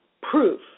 proof